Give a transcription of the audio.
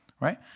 right